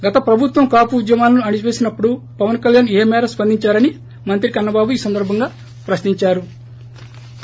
గత ప్రభుత్వం కాపు ఉద్యమాలను అణచిపేసినప్పుడు పవన్ కళ్యాణ్ ఏ మేరకు స్పందించారని మంత్రి కన్న బాబు ఈ సందర్భంగా ప్రశ్నించారు